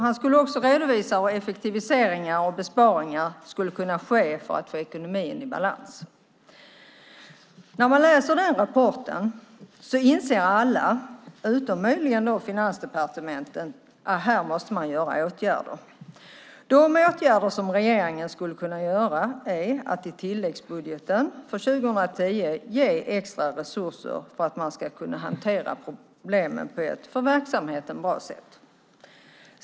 Han skulle också redovisa hur effektiviseringar och besparingar skulle kunna ske för att få ekonomin i balans. Alla som läser den redovisningen inser, utom möjligen Finansdepartementet, att här måste man vidta åtgärder. De åtgärder som regeringen skulle kunna vidta är att i tilläggsbudgeten för 2010 ge extra resurser för att man ska kunna hantera problemen på ett för verksamheten bra sätt.